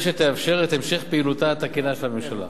שתאפשר את המשך פעילותה התקינה של הממשלה.